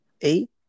eight